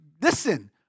listen